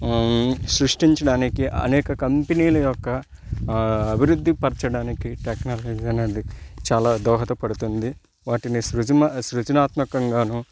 సృష్టించడానికి అనేక కంపెనీల యొక్క అభివృద్ధి పర్చడానికి టెక్నాలజీ అనేది చాలా దోహదపడుతుంది వాటిని సృజమ సృజనాత్మకంగా